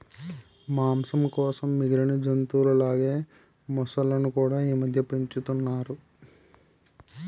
మాంసం కోసం మిగిలిన జంతువుల లాగే మొసళ్ళును కూడా ఈమధ్య పెంచుతున్నారు